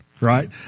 right